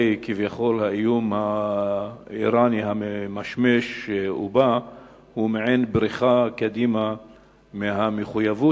כביכול האיום האירני הממשמש ובא הוא מעין בריחה קדימה מהמחויבות